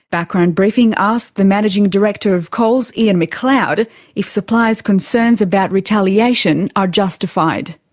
background briefing asked the managing director of coles ian mcleod if suppliers concerns about retaliation are justified.